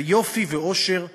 זה יופי ואושר נהדרים.